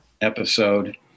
episode